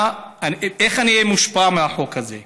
איך אני אהיה מושפע מהחוק הזה?